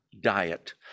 diet